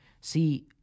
see